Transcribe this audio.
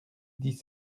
dix